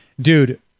dude